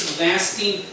lasting